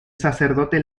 sacerdote